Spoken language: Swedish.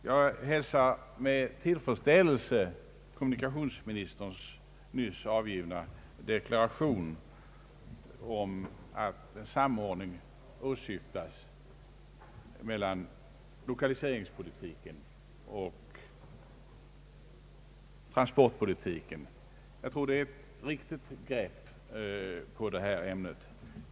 Jag hälsar med tillfredsställelse kommunikationsministerns nyss avgivna deklaration om att en samordning åsyftas mellan lokaliseringspolitiken och transportpolitiken. Jag tror att det är ett riktigt grepp på detta ämne.